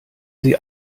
sie